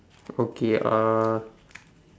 okay uh